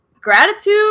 Gratitude